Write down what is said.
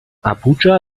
abuja